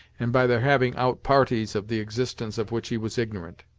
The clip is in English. and by their having out parties of the existence of which he was ignorant.